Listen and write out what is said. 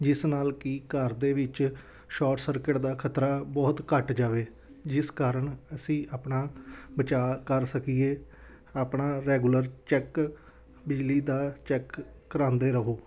ਜਿਸ ਨਾਲ ਕੀ ਘਰ ਦੇ ਵਿੱਚ ਸ਼ੋਟ ਸਰਕਿਟ ਦਾ ਖ਼ਤਰਾ ਬਹੁਤ ਘੱਟ ਜਾਵੇ ਜਿਸ ਕਾਰਨ ਅਸੀਂ ਆਪਣਾ ਬਚਾਅ ਕਰ ਸਕੀਏ ਆਪਣਾ ਰੈਗੂਲਰ ਚੈੱਕ ਬਿਜਲੀ ਦਾ ਚੈੱਕ ਕਰਾਉਂਦੇ ਰਹੋ